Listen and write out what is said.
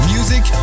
Music